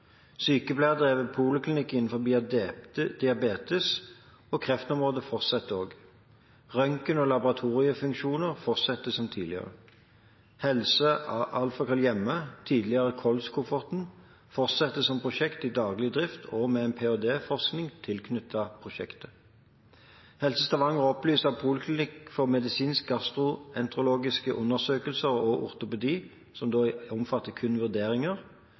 poliklinikk innenfor diabetes og kreftområdet fortsetter også. Røntgen og laboratoriefunksjoner fortsetter som tidligere. Helse@hjemme, tidligere «KOLS-kofferten», fortsetter som prosjekt i daglig drift og med en PhD-forskning tilknyttet prosjektet. Helse Stavanger opplyser at poliklinikk for medisinske gastroenterologiske undersøkelser og ortopedi – som da omfatter kun vurderinger